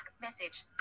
Message